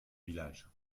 village